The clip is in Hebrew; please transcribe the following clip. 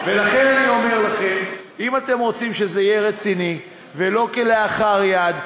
ולכן אני אומר לכם: אם אתם רוצים שזה יהיה רציני ולא כלאחר יד,